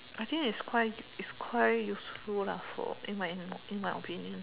I think its quite its quite useful lah for in my in my opinion